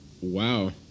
Wow